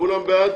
כולם בעד?